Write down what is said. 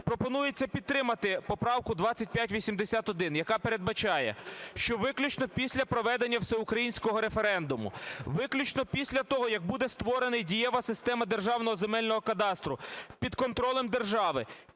пропонується підтримати поправку 2581, яка передбачає, що виключно після проведення всеукраїнського референдуму, виключно після того, як буде створена дієва система Державного земельного кадастру під контролем держави,